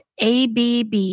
ABB